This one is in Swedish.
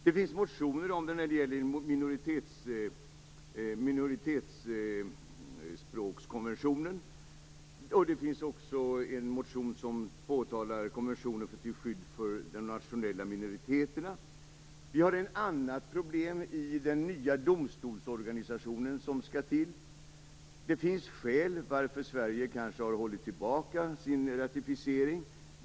Det finns motioner om detta som gäller minoritetsspråkskonventionen. Det finns också en motion som påtalar konventionen till skydd för de nationella minoriteterna. Vi har ett annat problem i den nya domstolsorganisationen som skall till. Det finns kanske skäl till att Sverige har hållit tillbaka sin ratificering.